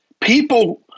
People